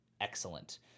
excellent